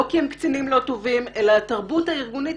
לא כי הם קצינים לא טובים אלא התרבות הארגונית